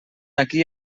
aquí